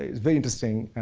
it's very interesting.